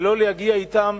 ולא להגיע אתם